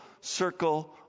circle